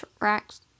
racks